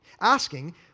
asking